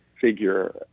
figure